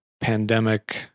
pandemic